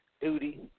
duty